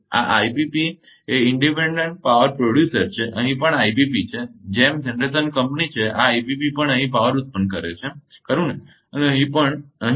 આ આઇપીપી સ્વતંત્ર પાવર ઉત્પાદક છે અહીં પણ આઇપીપી છે જેમ જનરેશન કંપની છે આ આઇપીપી પણ અહીં પાવર ઉત્પન્ન કરે છે ખરુ ને અહીં પણ અહીં